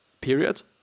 Period